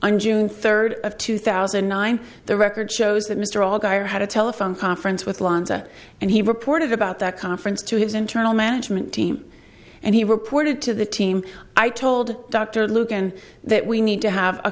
i'm june third of two thousand and nine the record shows that mr all geir had a telephone conference with landa and he reported about that conference to his internal management team and he reported to the team i told dr luken that we need to have a